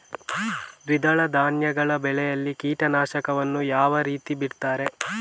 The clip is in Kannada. ದ್ವಿದಳ ಧಾನ್ಯಗಳ ಬೆಳೆಯಲ್ಲಿ ಕೀಟನಾಶಕವನ್ನು ಯಾವ ರೀತಿಯಲ್ಲಿ ಬಿಡ್ತಾರೆ?